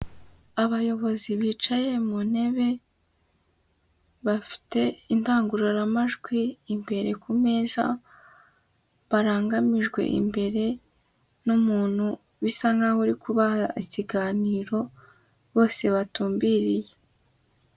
Abayobozi bicaye mu ntebe, bafite indangururamajwi imbere ku meza, barangamijwe imbere n'umuntu bisa nkaho uri kubaha ikiganiro bose batumbiriye.